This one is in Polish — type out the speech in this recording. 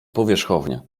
powierzchownie